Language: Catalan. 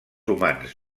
humans